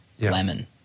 lemon